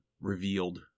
revealed